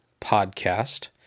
Podcast